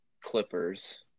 Clippers